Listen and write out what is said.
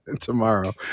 tomorrow